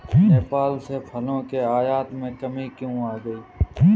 नेपाल से फलों के आयात में कमी क्यों आ गई?